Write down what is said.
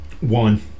One